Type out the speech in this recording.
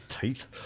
teeth